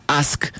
ask